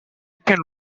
can